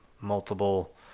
multiple